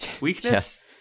weakness